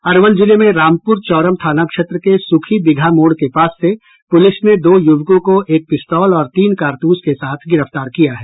अरवल जिले में रामपुर चौरम थाना क्षेत्र के सुखी बीघा मोड़ के पास से पुलिस ने दो युवकों को एक पिस्तौल और तीन कारतूस के साथ गिरफ्तार किया है